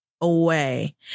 away